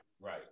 right